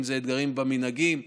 אם זה אתגרים במנהגים,